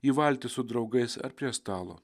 į valtis su draugais ar prie stalo